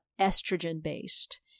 estrogen-based